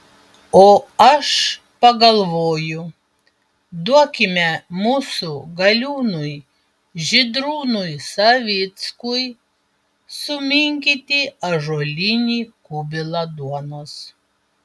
o aš pagalvoju duokime mūsų galiūnui žydrūnui savickui suminkyti ąžuolinį kubilą duonos